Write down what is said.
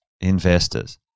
investors